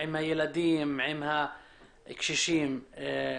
עם הילדים, עם הקשישים ועוד.